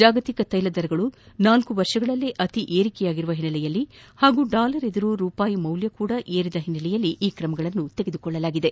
ಜಾಗತಿಕ ತ್ವೆಲ ದರಗಳು ನಾಲ್ಕು ವರ್ಷಗಳಲ್ಲೇ ಅತಿ ಏರಿಕೆಯಾದ ಹಿನ್ನೆಲೆಯಲ್ಲಿ ಹಾಗೂ ಡಾಲರ್ ಎದುರು ರೂಪಾಯಿ ಮೌಲ್ಯವೂ ಏರಿದ ಹಿನ್ನೆಲೆಯಲ್ಲಿ ಈ ಕ್ರಮ ತೆಗೆದುಕೊಳ್ಳಲಾಗಿದೆ